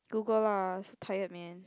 Google lah so tired man